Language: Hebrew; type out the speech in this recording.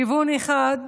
כיוון אחד,